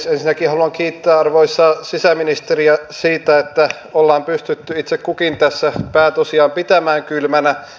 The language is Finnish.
ensinnäkin haluan kiittää arvoisaa sisäministeriä siitä että ollaan pystytty itse kukin tässä pää tosiaan pitämään kylmänä